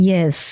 Yes